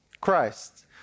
Christ